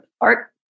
art